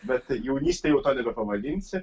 bet jaunyste jau to nebepavadinsi